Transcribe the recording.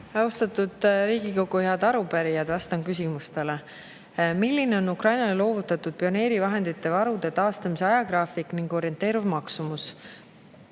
Austatud Riigikogu! Head arupärijad! Vastan küsimustele. "Milline on Ukrainale loovutatud pioneerivahendite ja varude taastamise ajagraafik ning orienteeruv maksumus?"